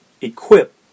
equip